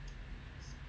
mm